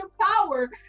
power